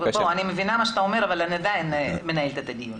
אני מבינה מה שאתה אומר אבל עדיין אני מנהלת הדיון.